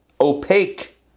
opaque